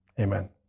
Amen